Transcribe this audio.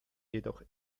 jedoch